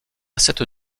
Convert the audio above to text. cette